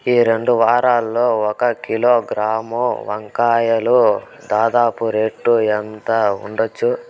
ఈ రెండు వారాల్లో ఒక కిలోగ్రాము వంకాయలు దాదాపు రేటు ఎంత ఉండచ్చు?